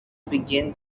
begin